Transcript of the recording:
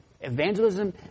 Evangelism